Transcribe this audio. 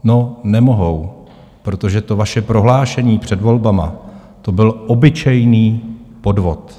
No, nemohou, protože to vaše prohlášení před volbami to byl obyčejný podvod.